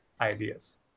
ideas